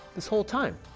this whole time,